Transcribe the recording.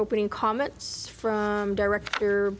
opening comments from director